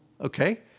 Okay